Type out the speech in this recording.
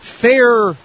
fair